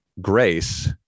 grace